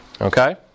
Okay